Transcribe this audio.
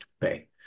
pay